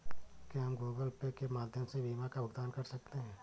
क्या हम Google Pay के माध्यम से बीमा का भुगतान कर सकते हैं?